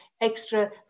extra